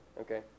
Okay